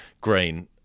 Green